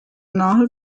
nahe